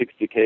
60K